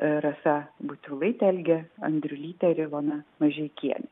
rasa butvilaitė algė andriulytė ir ilona mažeikienė